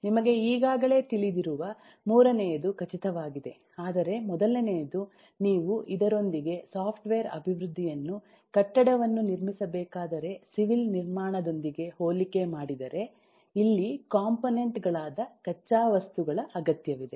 ನಿಮಗೆ ಈಗಾಗಲೇ ತಿಳಿದಿರುವ ಮೂರನೆಯದು ಖಚಿತವಾಗಿದೆ ಆದರೆ ಮೊದಲನೆಯದು ನೀವು ಇದರೊಂದಿಗೆ ಸಾಫ್ಟ್ವೇರ್ ಅಭಿವೃದ್ಧಿಯನ್ನು ಕಟ್ಟಡವನ್ನು ನಿರ್ಮಿಸಬೇಕಾದರೆ ಸಿವಿಲ್ ನಿರ್ಮಾಣದೊಂದಿಗೆ ಹೋಲಿಕೆ ಮಾಡಿದರೆ ಇಲ್ಲಿ ಕಾಂಪೋನೆಂಟ್ ಗಳಾದ ಕಚ್ಚಾ ವಸ್ತುಗಳ ಅಗತ್ಯವಿದೆ